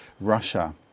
Russia